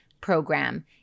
program